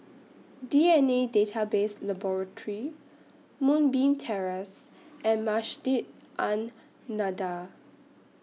D N A Database Laboratory Moonbeam Terrace and Masjid An Nahdhah